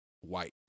white